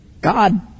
God